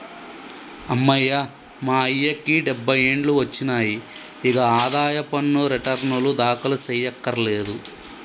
అమ్మయ్య మా అయ్యకి డబ్బై ఏండ్లు ఒచ్చినాయి, ఇగ ఆదాయ పన్ను రెటర్నులు దాఖలు సెయ్యకర్లేదు